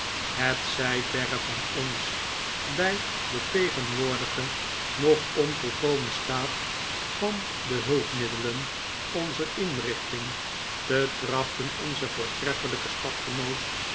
het zij verre van ons bij den tegenwoordigen nog onvolkomen staat van de hulpmiddelen onzer inrichting te trachten onzen voortreffelijken